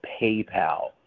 PayPal